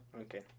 Okay